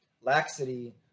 laxity